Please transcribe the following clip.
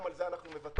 גם על זה אנחנו מוותרים.